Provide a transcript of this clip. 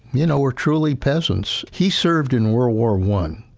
you know, were truly peasants. he served in world war one,